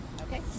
Okay